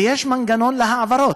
ויש מנגנון להעברות.